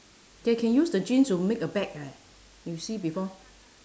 they can use the jeans to make a bag eh you see before